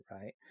Right